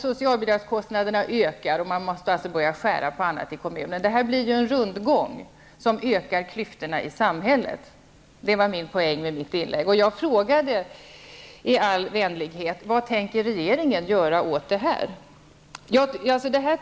Socialbidragskostnaderna ökar, och man måste börja skära ned på annat i kommunerna. Det här blir en rundgång som ökar klyftorna i samhället. Det var poängen med mitt inlägg. Jag frågade i all vänlighet: Vad tänker regeringen göra åt det här?